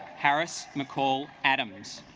harris mccall adams.